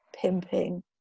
pimping